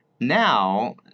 Now